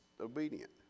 obedient